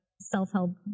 self-help